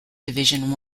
division